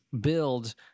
build